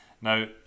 Now